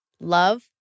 love